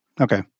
okay